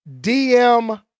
DM